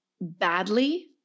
badly